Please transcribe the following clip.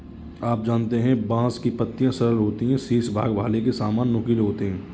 आप जानते है बांस की पत्तियां सरल होती है शीर्ष भाग भाले के सामान नुकीले होते है